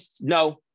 no